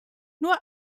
nur